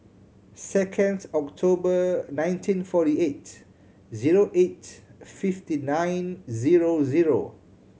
second October nineteen forty eight zero eight fifty nine zero zero